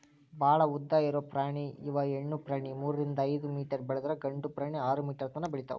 ಭಾಳ ಉದ್ದ ಇರು ಪ್ರಾಣಿ ಇವ ಹೆಣ್ಣು ಪ್ರಾಣಿ ಮೂರರಿಂದ ಐದ ಮೇಟರ್ ಬೆಳದ್ರ ಗಂಡು ಪ್ರಾಣಿ ಆರ ಮೇಟರ್ ತನಾ ಬೆಳಿತಾವ